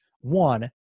one